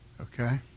Okay